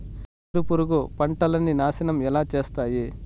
వేరుపురుగు పంటలని నాశనం ఎలా చేస్తాయి?